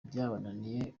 byabananiye